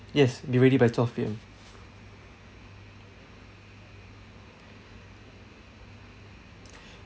yes be ready by twelve P_M